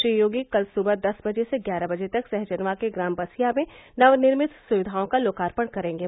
श्री योगी कल सुबह दस बजे से ग्यारह बजे तक सहजनवा के ग्राम बसिया में नवनिर्मित सुक्वियाओं का लोकार्पण करेंगे